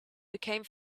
became